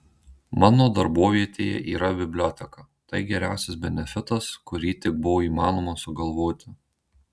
mano darbovietėje yra biblioteka tai geriausias benefitas kurį tik buvo įmanoma sugalvoti